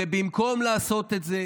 ובמקום לעשות את זה